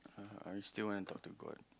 I still want to talk to god